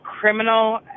criminal